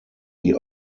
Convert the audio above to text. die